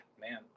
man